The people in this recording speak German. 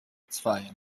zwei